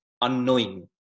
unknowing